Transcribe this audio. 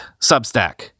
Substack